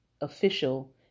official